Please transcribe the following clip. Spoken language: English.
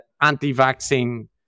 anti-vaccine